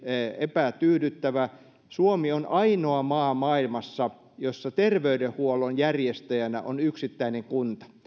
epätyydyttävä suomi on maailmassa ainoa maa jossa terveydenhuollon järjestäjänä on yksittäinen kunta